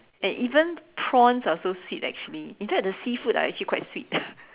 and even prawns are so sweet actually in fact the seafood are actually quite sweet